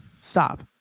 Stop